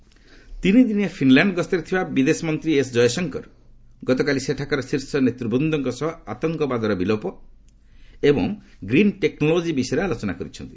Finland Jaishankar ତିନିଦିନସିଆ Finland ଗସ୍ତରେ ଥିବା ବିଦେଶ ମନ୍ତ୍ରୀ ଏସ୍ଜୟଶଙ୍କର ଗତକାଲି ସେଠାକାର ଶୀର୍ଷ ନେତୃବୃନ୍ଦଙ୍କ ସହ ଆତଙ୍କବାଦର ବିଲୋପ ଏବଂ ଗ୍ରୀନ୍ ଟେକ୍ନୋଲୋଜି ବିଷୟରେ ଆଲୋଚନା କରିଛନ୍ତି